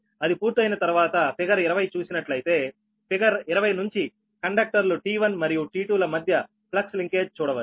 అది పూర్తయిన తర్వాత ఫిగర్ 20 చూసినట్లయితే ఫిగర్ 20 నుంచి కండక్టర్లు T1 మరియు T2 ల మధ్య ఫ్లక్స్లింకేజ్ చూడవచ్చు